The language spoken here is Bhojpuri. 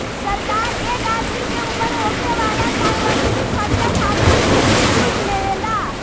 सरकार एक आदमी के ऊपर होखे वाला सार्वजनिक खर्चा खातिर भी वित्तीय शुल्क लेवे ला